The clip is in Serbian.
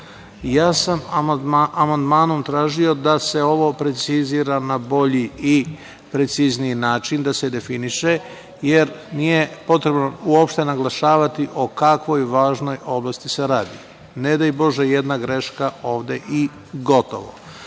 leta. Amandmanom sam tražio da se ovo precizira na bolji i na precizniji način da se definiše, jer nije potrebno uopšte naglašavati o kakvoj važnoj oblasti se radi. Ne daj Bože jedna greška ovde i gotovo. Dakle,